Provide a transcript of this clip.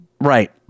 Right